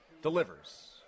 delivers